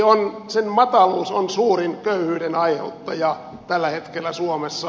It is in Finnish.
työmarkkinatuen mataluus on suurin köyhyyden aiheuttaja tällä hetkellä suomessa